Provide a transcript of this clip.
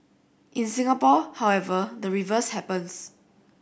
in Singapore however the reverse happens